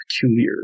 peculiar